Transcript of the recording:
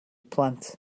plant